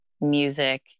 music